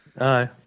Aye